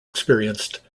experienced